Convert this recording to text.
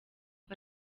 uko